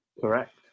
Correct